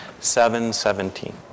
717